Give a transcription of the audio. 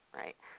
right